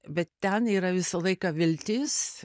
bet ten yra visą laiką viltis